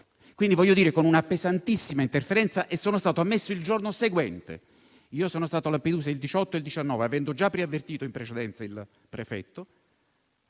penale, ossia con una pesantissima interferenza. Io sono stato ammesso il giorno seguente. Io sono stato a Lampedusa il 18 e il 19 giugno, avendo già preavvertito in precedenza il prefetto